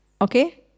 Okay